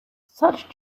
such